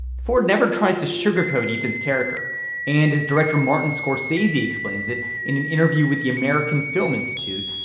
ford never tries to sugarcoat ethan's character and his director martin scorsese explains it in an interview with the american film institute.